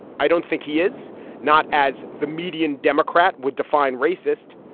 i don't think he is not as the median democrat would define racist.